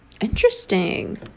interesting